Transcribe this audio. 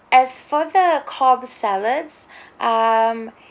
as for the cobb salads um